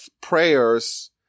prayers